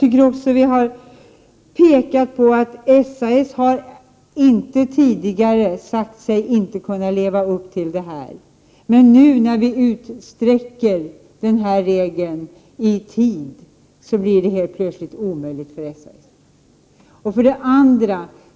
Vi har också pekat på att SAS inte tidigare sagt sig inte kunna leva upp till detta. Men när vi nu utsträcker den här regeln i fråga om tiden, blir det helt plötsligt omöjligt för SAS.